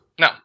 No